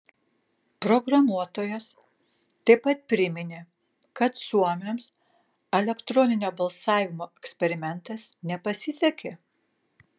programuotojas taip pat priminė kad suomiams elektroninio balsavimo eksperimentas nepasisekė